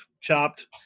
chopped